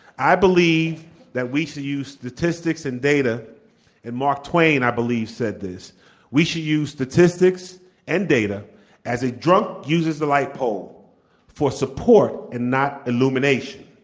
i believe that we should use statistics and data and mark twain, i believe, said this we should use statistics and data as a drunk uses a light pole for support and not illumination.